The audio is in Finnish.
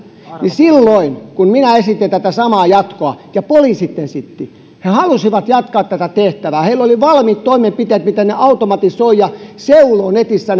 silloin kun minä esitin saman jatkoa ja poliisit esittivät he halusivat jatkaa tätä tehtävää ja heillä oli valmiit toimenpiteet miten he automatisoivat ja seulovat netissä